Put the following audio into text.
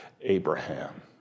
Abraham